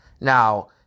Now